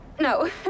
No